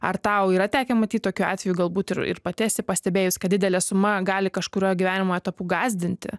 ar tau yra tekę matyt tokiu atvejų galbūt ir ir pati esi pastebėjus kad didelė suma gali kažkuriuo gyvenimo etapu gąsdinti